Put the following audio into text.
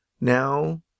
now